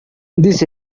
this